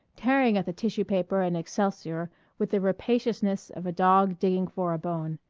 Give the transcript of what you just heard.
tearing at the tissue-paper and excelsior with the rapaciousness of a dog digging for a bone,